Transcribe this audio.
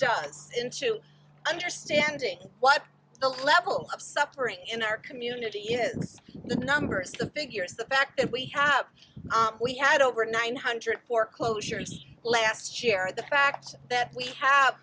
it's into understanding what the level of suffering in our community is the number of figures the fact that we have we had over nine hundred foreclosures last share the fact that we have